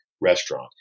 restaurant